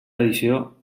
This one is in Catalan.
edició